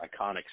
iconic